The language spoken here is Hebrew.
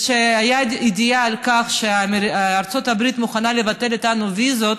הייתה ידיעה על כך שארצות הברית מוכנה לבטל איתנו ויזות,